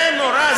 זה נורא?